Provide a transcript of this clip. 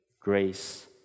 grace